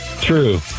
true